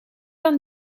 dan